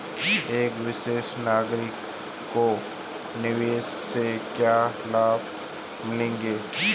एक वरिष्ठ नागरिक को निवेश से क्या लाभ मिलते हैं?